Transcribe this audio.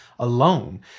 alone